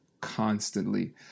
constantly